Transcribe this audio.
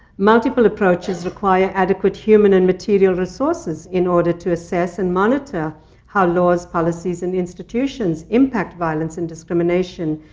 multiple approaches require adequate human and material resources in order to assess and monitor how laws, policies, and institutions impact violence and discrimination,